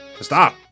stop